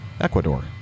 Ecuador